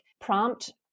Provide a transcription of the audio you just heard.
prompt